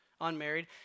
unmarried